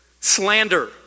slander